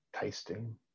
tasting